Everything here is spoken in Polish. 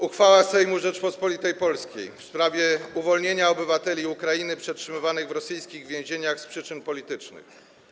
Uchwała Sejmu Rzeczypospolitej Polskiej w sprawie uwolnienia obywateli Ukrainy przetrzymywanych w rosyjskich więzieniach z przyczyn politycznych.